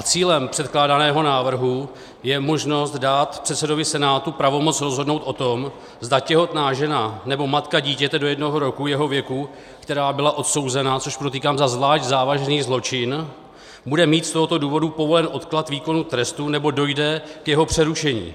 Cílem předkládaného návrhu je možnost dát předsedovi senátu pravomoc rozhodnout o tom, zda těhotná žena nebo matka dítěte do jednoho roku jeho věku, která byla odsouzena což podotýkám za zvlášť závažný zločin, bude mít z tohoto důvodu povolen odklad výkonu trestu nebo dojde k jeho přerušení.